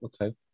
Okay